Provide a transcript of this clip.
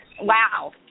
wow